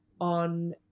on